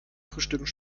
frühstücken